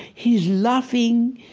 he's laughing.